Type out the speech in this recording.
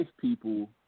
people